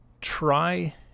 try